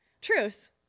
Truth